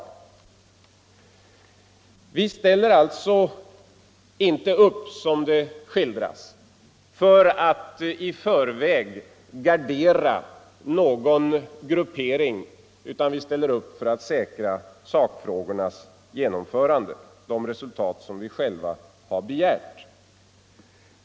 allmänna pensions Vi ställer alltså inte upp - som det skildras — för att i förväg gardera — åldern, m.m. någon gruppering, utan vi ställer upp för att säkra sakfrågornas behandling, för att nå de resultat som vi själva har begärt.